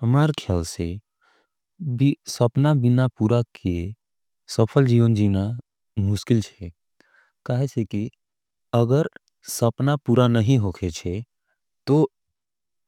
हमारे ख्याल से, सपना बिना पुरा किये सफल जीवन जीना मुष्किल है। कहा है से कि, अगर सपना पुरा नहीं होगे थे, तो